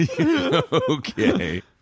Okay